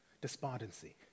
despondency